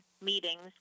meetings